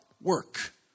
work